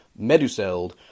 Meduseld